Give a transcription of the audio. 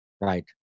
right